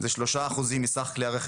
12 שעות זה משמרת מקסימלית של נהג בישראל